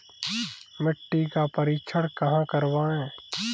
मिट्टी का परीक्षण कहाँ करवाएँ?